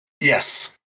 Yes